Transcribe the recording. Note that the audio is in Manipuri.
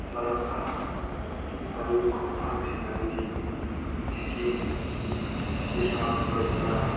ꯃꯗꯨꯒꯤ ꯈꯣꯡꯊꯥꯡꯁꯤꯡ ꯑꯗꯨꯗꯤ ꯏꯁꯀꯤꯝ ꯀꯤꯁꯥꯟ ꯌꯣꯖꯅꯥ